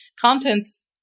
Contents